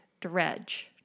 Dredge